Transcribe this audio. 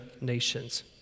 nations